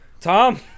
Tom